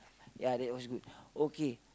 ya that was good okay